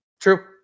True